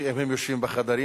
אם הם יושבים בחדרים,